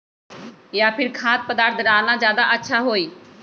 या फिर खाद्य पदार्थ डालना ज्यादा अच्छा होई?